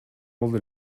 болду